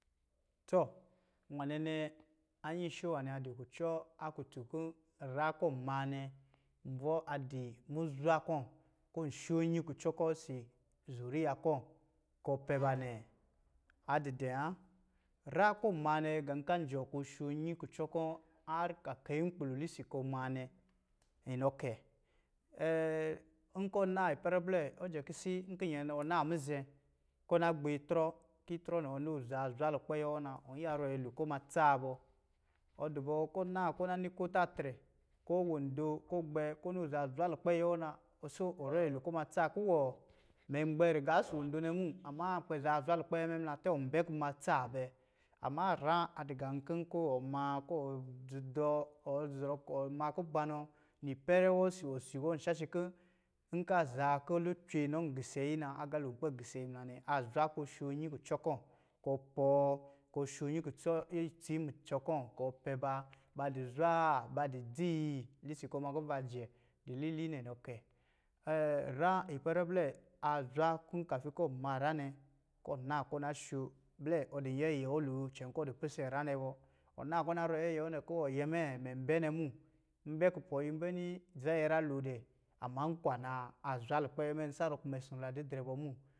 Tɔ, nwanɛ nɛ, anyisho nwanɛ adɔ̄ kutun kɔ̄ nyrá kɔ̄ ɔn maa mbɔ̄ adɔ̄ muzwa kɔ̄ kɔ̄ ɔn sho inyi kucɔ kɔ̄ ɔsɔ̄ zuriya kɔ̄ kɔ̄ ɔ pɛ ba nɛ? A dɔ̄ dɛ̄ wa nyrá. Kɔ̄ ɔn maa nɛ gá kɔ̄ an jɔɔ kɔ̄ ɔ sho inyi kucɔ kɔ̄ haar kɔ̄ a kai nkpulɛ litin kɔ̄ ɔ maa nɛ, inɔ kɛ, nkɔ̄ naa ipɛrɛ blɛ ɔ jɛ kisis kɔ̄ nyɛ ɔ naa mizɛ̄ kɔ̄ ɔ na gbɛ itrɔ kɔ̄ ɔ na gbɛ itrɔ kɔ̄ ɔ na gbɛ itrɔ kɔ̄ itrɔ nɛ azaa zwa lukpɛ ayɛ wɔ na, ɔn yiya rɔ nyolo kɔ̄ ɔ ma tsaa bɔ, ɔ dɔ̄ bɔ kɔ̄ ɔ naa kó ɔna ni ko atatrɛ, ko wondo kɔ̄ ɔ gbɛ kɔ̄ ɔni a zaa zwa lukpɛ ayɛ wɔ na, n sorɔ nyolo kɔ̄ wondo nɛm, ama a kpɛ zaa zuwa lukpɛ ayɛ mɛ muna tɛ̄ ɔn bɛ kɔ̄ nmatsaa bɛ? Ama nyrà adɔ̄ kɔ̄ nkɔ̄ maa kɔ̄ wɔ dzi dɔɔ-ɔ ma kubanɔ nipɛrɛ wɔ osɔ̄ osi wɔ nshashi kɔ̄ nkɔ̄ a zaa kɔ̄ lucwe an gɔ yi gisɛ na agalo ankpɛ gisɛ yi muna, a zwa kɔ̄ ɔ sho inyi kucɔ kɔ̄ kɔ̄ ɔpɔɔ, kɔ̄ ɔsho inyi kucɔ itsi a mucɔ kɔ̄ kɔ̄ ɔ pɛ ba ba dó zwaa? Badɔ̄ dzii? Lisi kɔ̄ ɔ majɛ dilili nɛ inɔ kɛ nyrá ipɛrɛ blɛ a zwa kɔ̄ kafi kɔ̄ ɔn ma nyra nɛ kó ɔ naa nɔ sho blɛ ɔ dɔ̄ yɛyɛ wolo icɛn kɔ̄ iwɔ dɔ̄ pisɛ nyrá nɛ bɔ, ɔ na kɔ̄ ɔ na rɔ yɛyɛ wɔ nɛ kɔ̄ iwɔ nyɛ mɛ? Mɛn bɛ nɛm? Nbɛ kupɔ̄ yi nbɛ nini dza nyi nyrá la dɛ ama nkwanaa azwa lukpɛ ayɛ mɛ nsarɔ kɔ̄ mɛ ɔsɔ̄ nɔ la didrɛ bɔ mo.